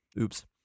Oops